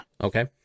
Okay